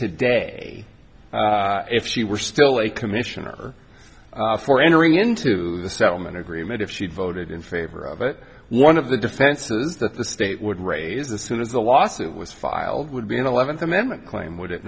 today if she were still a commissioner for entering into the settlement agreement if she voted in favor of it one of the defenses that the state would raise this soon as the lawsuit was filed would be an eleventh amendment claim would